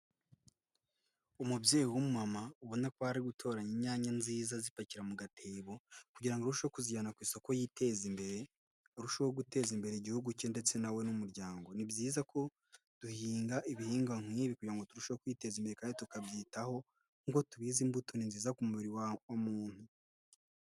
Umubyeyi wma ubona ko ari gutoranya inyanya nziza zipakira mu gatebo kugira ngo a urushe kuzijyana ku isoko yiteza imbere, arusheho guteza imbere igihugu cye ndetse n'umuryango. Ni byiza ko duhinga ibihingwa nk'ibi kugira ngo turusheho kwiteza imbere tukabyitaho ngo tubirye. Imbuto ni nziza ku mubiri wa umuntu.